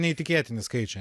neįtikėtini skaičiai